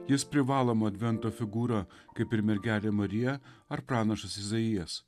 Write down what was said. jis privaloma advento figūra kaip ir mergelė marija ar pranašas izaijas